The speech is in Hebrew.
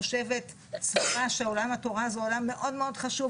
חושבת שעולם התורה זה עולם מאוד מאוד חשוב.